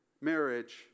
marriage